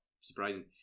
surprising